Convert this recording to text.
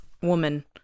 woman